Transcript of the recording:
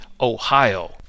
Ohio